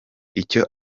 icyo